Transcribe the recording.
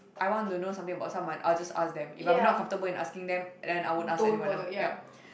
I want to know something about someone I will just asked them if I'm not comfortable in asking them then I won't ask anyone else ya